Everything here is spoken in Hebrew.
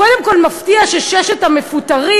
קודם כול, מפתיע שששת המפוטרים,